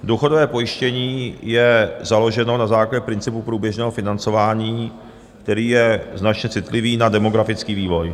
Důchodové pojištění je založeno na základě principu průběžného financování, který je značně citlivý na demografický vývoj.